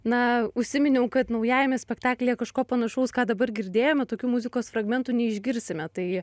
na užsiminiau kad naujajame spektaklyje kažko panašaus ką dabar girdėjome tokių muzikos fragmentų neišgirsime tai